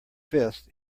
fist